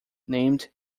named